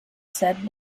said